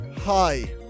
hi